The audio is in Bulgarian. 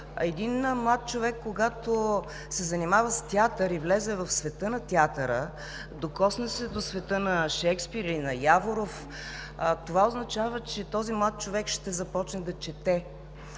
един млад човек, когато се занимава с театър и влезе в света на театъра, докосне се до света на Шекспир и на Яворов, това означава, че този млад човек ще започне да чете